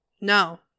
No